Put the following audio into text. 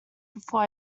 before